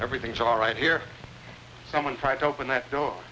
everything's all right here someone tried to open the do